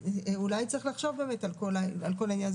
אולי צריך לחשוב באמת על כל הענין הזה